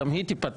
גם היא תיפתח.